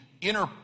inner